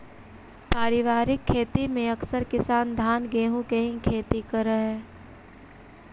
पारिवारिक खेती में अकसर किसान धान गेहूँ के ही खेती करऽ हइ